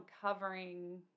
covering